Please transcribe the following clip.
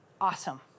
awesome